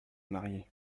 marier